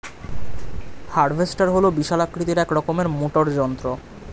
harvester হল বিশাল আকৃতির এক রকমের মোটর যন্ত্র